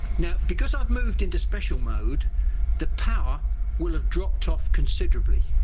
now because i've moved into special mode the power will have dropped off considerably